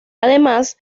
además